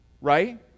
right